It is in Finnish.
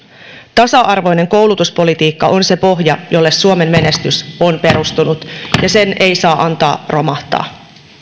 tasa arvoinen koulutuspolitiikka on se pohja jolle suomen menestys on perustunut ja sen ei saa antaa romahtaa